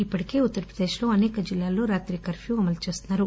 ఇప్పటికే రాష్టంలో అసేక జిల్లాల్లో రాత్రి కర్ఫ్యూ అమలు చేస్తున్నారు